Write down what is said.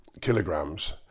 kilograms